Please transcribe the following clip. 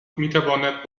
میتواند